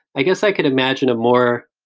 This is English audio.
i guess, i could imagine a more,